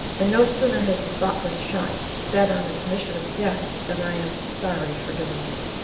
and no sooner has the thoughtless shot sped on its mission of death than i am sorry for doing it.